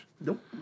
Nope